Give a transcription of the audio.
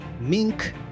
mink